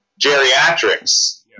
geriatrics